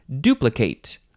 duplicate